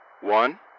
one